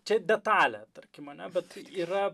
čia detalė tarkim ane bet yra